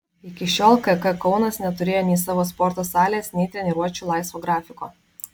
iki šiol kk kaunas neturėjo nei savo sporto salės nei treniruočių laisvo grafiko